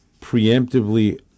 preemptively